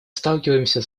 сталкиваемся